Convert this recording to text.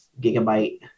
gigabyte